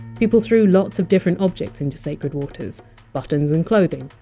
people threw lots of different objects into sacred waters buttons and clothing,